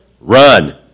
run